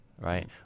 right